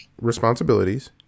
responsibilities